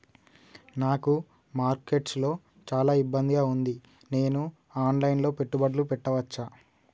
నాకు మార్కెట్స్ లో చాలా ఇబ్బందిగా ఉంది, నేను ఆన్ లైన్ లో పెట్టుబడులు పెట్టవచ్చా?